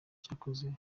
cyakozwe